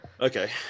Okay